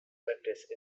practice